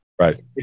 right